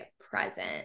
present